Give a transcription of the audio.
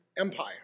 empire